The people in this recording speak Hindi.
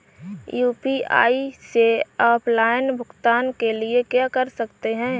यू.पी.आई से ऑफलाइन भुगतान के लिए क्या कर सकते हैं?